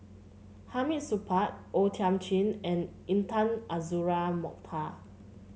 Hamid Supaat O Thiam Chin and Intan Azura Mokhtar